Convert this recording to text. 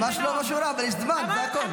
ממש לא משהו רע, אבל יש זמן, זה הכול.